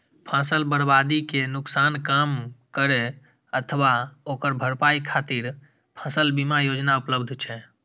फसल बर्बादी के नुकसान कम करै अथवा ओकर भरपाई खातिर फसल बीमा योजना उपलब्ध छै